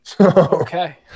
okay